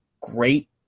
Great